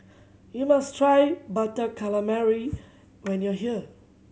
you must try Butter Calamari when you are here